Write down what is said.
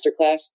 Masterclass